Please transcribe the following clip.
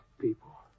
people